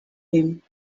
him